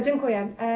Dziękuję.